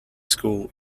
school